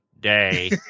day